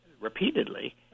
repeatedly